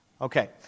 Okay